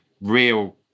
real